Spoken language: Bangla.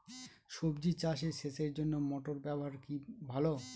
সবজি চাষে সেচের জন্য মোটর ব্যবহার কি ভালো?